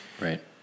Right